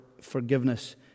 forgiveness